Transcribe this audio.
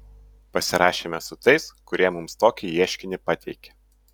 pasirašėme su tais kurie mums tokį ieškinį pateikė